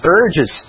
urges